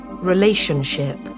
Relationship